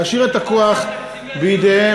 להשאיר את הכוח בידיהם,